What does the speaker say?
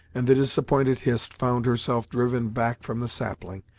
and the disappointed hist found herself driven back from the sapling,